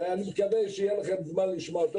ואני מקווה שיהיה לכם זמן לשמוע אותו,